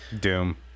Doom